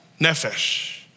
nefesh